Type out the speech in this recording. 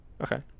Okay